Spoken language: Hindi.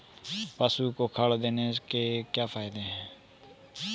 पशु को खल देने से क्या फायदे हैं?